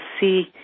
see